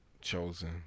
Chosen